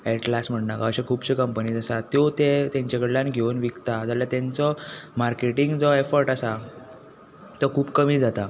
atlas म्हण नाका अश्यो खुबश्यो कंपनीज आसा त्यो तें तांचे कडल्यान घेवन विकता जाल्या तेंचो मार्केटींग जो एफट आसा तो खूब कमी जाता